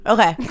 Okay